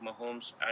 Mahomes